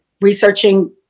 researching